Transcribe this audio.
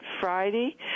Friday